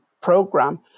program